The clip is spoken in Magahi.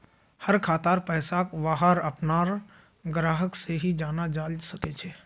हर खातार पैसाक वहार अपनार ग्राहक से ही जाना जाल सकछे